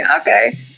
okay